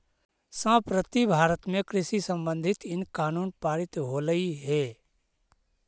संप्रति भारत में कृषि संबंधित इन कानून पारित होलई हे